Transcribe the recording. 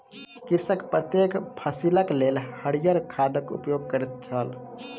कृषक प्रत्येक फसिलक लेल हरियर खादक उपयोग करैत छल